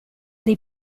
dei